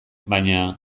baina